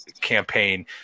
campaign